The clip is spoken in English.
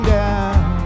down